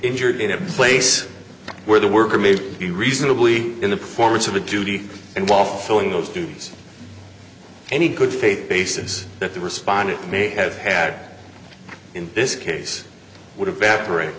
injured in a place where the worker may be reasonably in the performance of a duty and while filling those duties any good faith basis that the respondent may have had in this case would evaporate